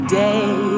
day